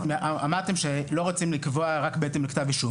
אמרתם שלא רוצים לקבוע רק בהתאם לכתב אישום